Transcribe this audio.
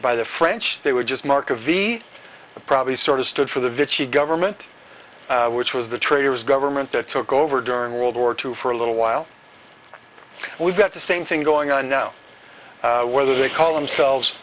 by the french they would just mark a v probably sort of stood for the vets the government which was the traitors government that took over during world war two for a little while we've got the same thing going on now whether they call themselves